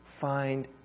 find